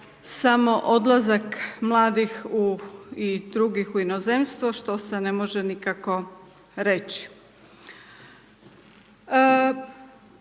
samo odlazaka mladih i drugih u inozemstvo što se ne može nikako reći.